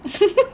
interesting